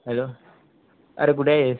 hello अरे कुठे आहे